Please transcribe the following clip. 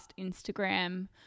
Instagram